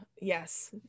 yes